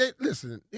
listen